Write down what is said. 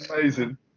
Amazing